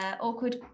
awkward